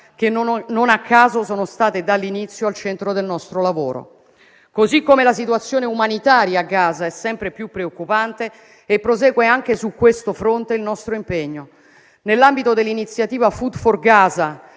che non a caso dall'inizio sono state al centro del nostro lavoro. Anche la situazione umanitaria a Gaza è sempre più preoccupante e prosegue anche su questo fronte il nostro impegno. Nell'ambito dell'iniziativa "Food for Gaza"